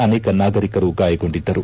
ಅನೇಕ ನಾಗರಿಕರು ಗಾಯಗೊಂಡಿದ್ದರು